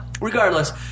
regardless